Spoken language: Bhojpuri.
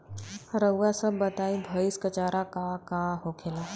रउआ सभ बताई भईस क चारा का का होखेला?